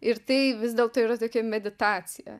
ir tai vis dėlto yra tokia meditacija